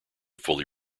fully